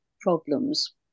problems